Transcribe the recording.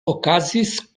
okazis